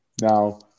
Now